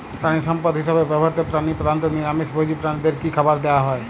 প্রাণিসম্পদ হিসেবে ব্যবহৃত প্রাণী প্রধানত নিরামিষ ভোজী প্রাণীদের কী খাবার দেয়া হয়?